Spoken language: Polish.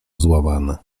złamane